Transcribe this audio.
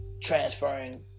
transferring